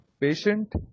patient